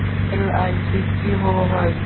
LIC की होअ हई?